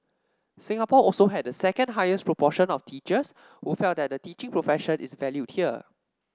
Singapore also had the second highest proportion of teachers who felt that the teaching profession is valued here